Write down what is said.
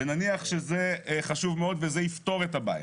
נניח שזה חשוב מאוד וזה יפתור את הבעיה,